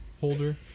holder